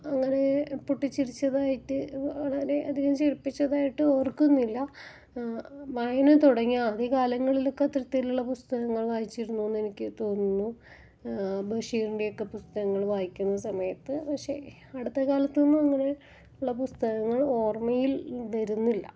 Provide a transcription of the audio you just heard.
അങ്ങനെ പൊട്ടിച്ചിരിച്ചതായിട്ട് അങ്ങനെ അധികം ചിരിപ്പിച്ചതായിട്ട് ഓർക്കുന്നില്ല വായന തുടങ്ങിയ ആദ്യകാലങ്ങളിലൊക്കെ അത്തരത്തിലുള്ള പുസ്തകങ്ങള് വായിച്ചിരുന്നൂ എന്നെനിക്ക് തോന്നുന്നു ബഷീറിൻറ്റെ ഒക്കെ പുസ്തകങ്ങള് വായിക്കുന്ന സമയത്ത് പക്ഷെ അടുത്ത കാലത്തൊന്നും അങ്ങനെ ഉള്ള പുസ്തകങ്ങൾ ഓർമ്മയിൽ വരുന്നില്ല